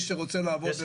יש